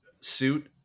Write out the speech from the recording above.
suit